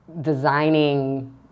designing